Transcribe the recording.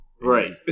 Right